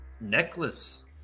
necklace